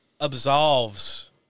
absolves